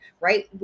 Right